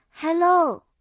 Hello